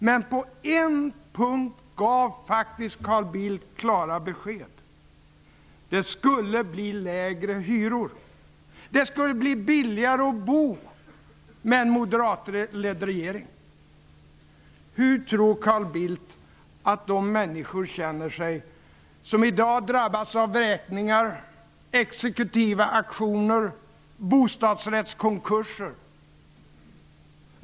Men på en punkt gav faktiskt Carl Bildt klara besked; det skulle bli lägre hyror. Med en moderatledd regering skulle det bli billigare att bo. Hur tror Carl Bildt att de människor känner sig som i dag drabbas av vräkningar, exekutiva auktioner och bostadsrättskonkurser?